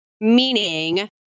meaning